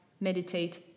meditate